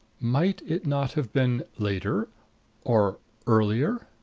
might it not have been later or earlier?